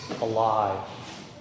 alive